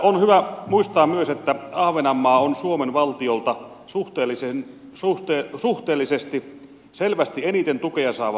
on hyvä muistaa myös että ahvenanmaa on suomen valtiolta suhteellisesti selvästi eniten tukea saava maakunta